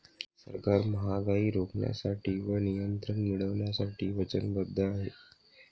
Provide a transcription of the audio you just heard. सरकार महागाई रोखण्यासाठी व नियंत्रण मिळवण्यासाठी वचनबद्ध आहे